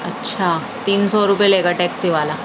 اچھا تین سو روپئے لے گا ٹیکسی والا